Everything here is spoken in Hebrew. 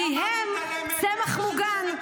כי הם צמח מוגן,